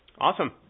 awesome